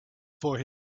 for